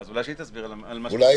אז אולי שהיא תסביר על מה שהם